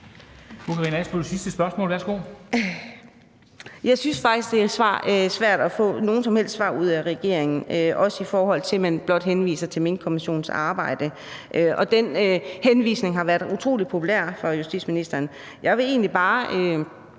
Jeg synes faktisk, det er svært at få nogen som helst svar ud af regeringen, også i forhold til at man blot henviser til Minkkommissionens arbejde, og den henvisning har været utrolig populær for justitsministerens vedkommende. Jeg vil egentlig bare